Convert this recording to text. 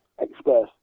Express